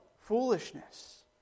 foolishness